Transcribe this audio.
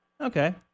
Okay